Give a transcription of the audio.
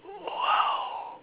!wow!